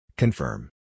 Confirm